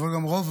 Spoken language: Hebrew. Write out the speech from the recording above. אבל גם רוב